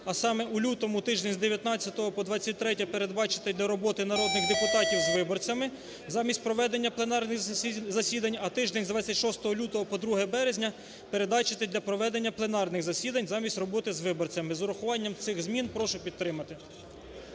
а саме, у лютому тижні з 19 по 23 передбачити для роботи народних депутатів з виборцями замість проведення пленарних засідань, а тиждень з 26 лютого по 2 березня передбачити для проведення пленарних засідань замість роботи з виборцями. З урахуванням цих змін прошу підтримати.